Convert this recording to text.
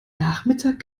nachmittag